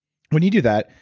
when you do that,